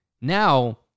now